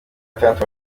gatandatu